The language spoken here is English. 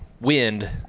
wind